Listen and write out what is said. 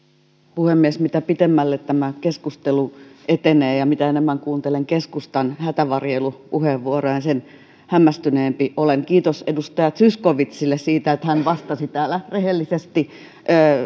puhemies mitä pitemmälle tämä keskustelu etenee ja mitä enemmän kuuntelen keskustan hätävarjelupuheenvuoroja sen hämmästyneempi olen kiitos edustaja zyskowiczille siitä että hän vastasi täällä rehellisesti